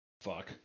Fuck